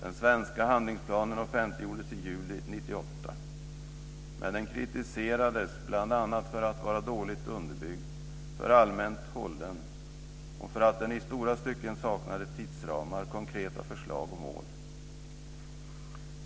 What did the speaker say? Den svenska handlingsplanen offentliggjordes i juli 1998, men den kritiserades bl.a. för att vara dåligt underbyggd, för allmänt hållen och för att den i stora stycken saknade tidsramar, konkreta förslag och mål.